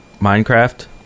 Minecraft